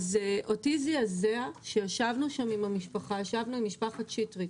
אותי זעזע, כשישבנו שם עם משפחת שטרית,